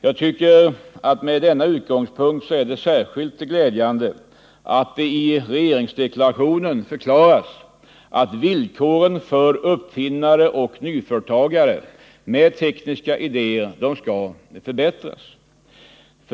Jag tycker att det med denna utgångspunkt är särskilt glädjande att det i regeringsdeklarationen förklaras att villkoren för uppfinnare och nyföretagare med tekniska idéer skall förbättras.